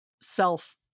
self